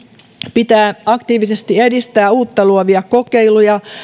pitää aktiivisesti edistää uutta luovia kokeiluja